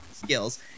skills